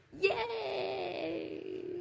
yay